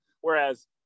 Whereas